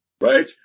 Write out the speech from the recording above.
Right